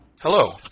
Hello